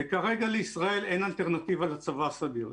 וכרגע לישראל אין אלטרנטיבה לצבא הסדיר.